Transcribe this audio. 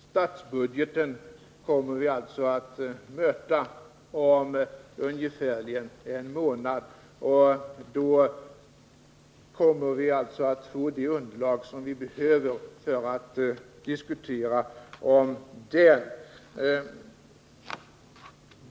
Statsbudgeten kommer vi alltså att möta om ungefärligen en månad, och då har vi det underlag vi behöver för att diskutera den.